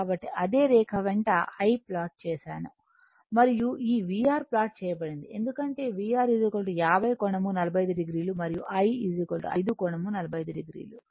కాబట్టి అదే రేఖ వెంట I ప్లాట్ చేసాను మరియు ఈ VR ప్లాట్ చేయబడింది ఎందుకంటే VR 50 కోణం 45 o మరియు I 5 కోణం 45 o